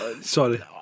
Sorry